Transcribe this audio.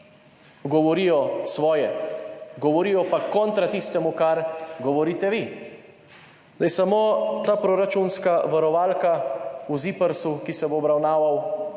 govorijo svoje, govorijo pa kontra tistemu, kar govorite vi. Samo ta proračunska varovalka v ZIPRS, ki se bo obravnaval,